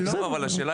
בסדר.